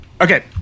Okay